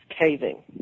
caving